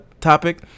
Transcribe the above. topic